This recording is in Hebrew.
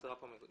חסרה פה מדרגה.